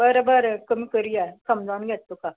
बरें बरें कमी करया समजून घेत तुका